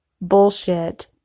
bullshit